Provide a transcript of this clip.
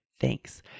Thanks